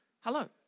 Hello